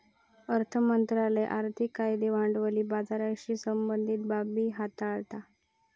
अर्थ मंत्रालय आर्थिक कायदे भांडवली बाजाराशी संबंधीत बाबी हाताळता